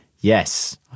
Yes